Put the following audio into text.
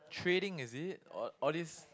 trading is it or all this